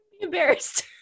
embarrassed